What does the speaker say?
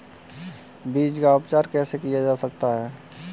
बीज का उपचार कैसे किया जा सकता है?